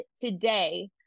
today